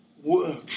work